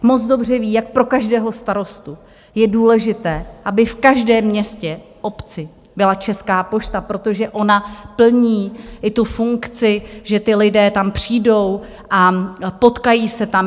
Moc dobře ví, jak pro každého starostu je důležité, aby v každém městě, obci, byla Česká pošta, protože ona plní i tu funkci, že ti lidé tam přijdou a potkají se tam.